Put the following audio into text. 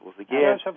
Again